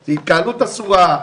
זה התקהלות אסורה,